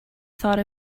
thought